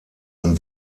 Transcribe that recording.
ein